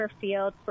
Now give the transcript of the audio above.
field